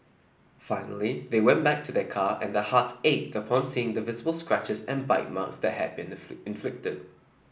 finally they went back to their car and their hearts ached upon seeing the visible scratches and bite marks that had been inflicted